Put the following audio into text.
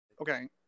Okay